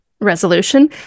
resolution